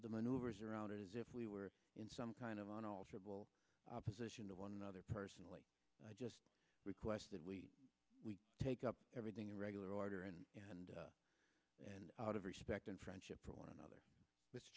maneuvers around it as if we were in some kind of on alterable opposition to one another personally i just requested we we take up everything in regular order and and and out of respect and friendship for one another w